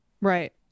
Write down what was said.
Right